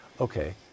Okay